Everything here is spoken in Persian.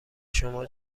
شما